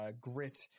grit